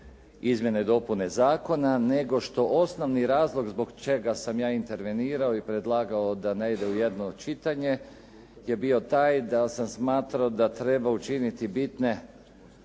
izmjene i dopune zakona nego što osnovni razlog zbog čega sam ja intervenirao i predlagao da ne ide u jedno čitanje je bio taj da sam smatrao da treba učiniti bitne